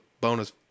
bonus